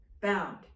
bound